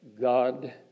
God